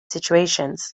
situations